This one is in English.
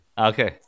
okay